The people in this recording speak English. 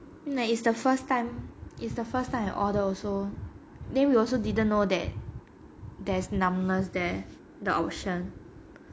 it's the first time it's the first time I order also then we also didn't know that there's numbness there the option